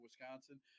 Wisconsin